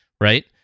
right